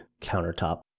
countertop